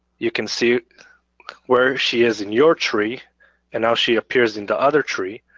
you can see where she is in your tree and how she appears in the other tree.